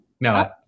no